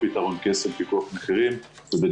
פיקוח מחירים זה לא פתרון קסם.